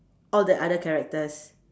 all the other characters